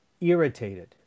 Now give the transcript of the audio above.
irritated